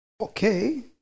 Okay